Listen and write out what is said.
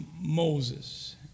Moses